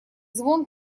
звон